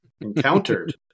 encountered